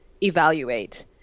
evaluate